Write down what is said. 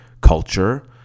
culture